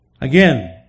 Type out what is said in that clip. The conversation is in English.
Again